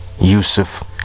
Yusuf